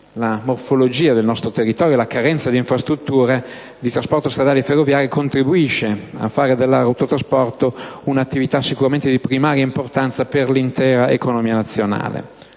La morfologia del nostro territorio e la carenza di infrastrutture di trasporto stradali e ferroviarie contribuiscono a fare dell'autotrasporto un'attività sicuramente di primaria importanza per l'intera economia nazionale.